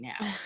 now